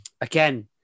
Again